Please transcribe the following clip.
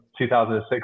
2006